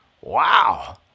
wow